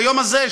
ביום הזה,